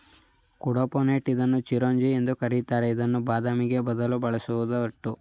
ಕುಡ್ಪನಟ್ ಇದನ್ನು ಚಿರೋಂಜಿ ಎಂದು ಕರಿತಾರೆ ಇದನ್ನು ಬಾದಾಮಿಗೆ ಬದಲು ಬಳಸುವುದುಂಟು